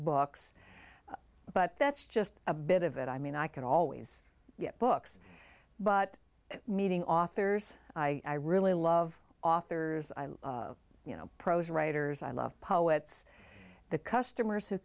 books but that's just a bit of it i mean i can always get books but meeting authors i really love authors you know prose writers i love poets the customers who